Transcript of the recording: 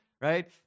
right